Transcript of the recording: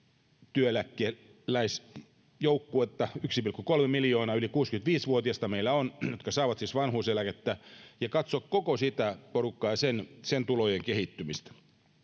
työeläkeläisjoukkuetta meillä on yksi pilkku kolme miljoonaa yli kuusikymmentäviisi vuotiasta jotka saavat vanhuuseläkettä eli katsoa koko sitä porukkaa ja sen sen tulojen kehittymistä